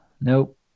Nope